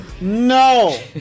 No